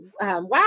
Wow